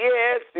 Yes